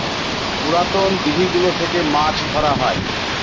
পুরাতন দিঘি গুলো থেকে মাছ ধরা হয়